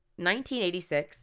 1986